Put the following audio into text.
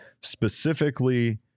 specifically